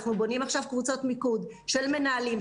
אנחנו בונים עכשיו קבוצות מיקוד של מנהלים,